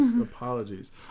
Apologies